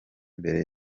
mbere